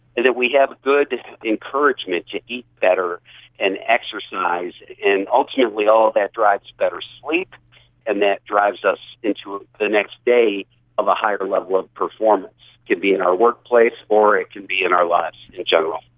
that we have good encouragement to eat better and exercise, and ultimately all that drives better sleep and that drives us into the next day of a higher level of performance can be in our workplace or it can be in our lives in general.